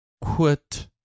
quit